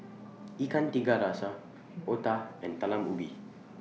Ikan Tiga Rasa Otah and Talam Ubi